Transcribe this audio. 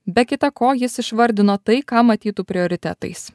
be kita ko jis išvardino tai ką matytų prioritetais